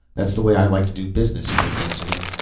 that's the way i like to do business, kerk answered him,